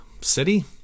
city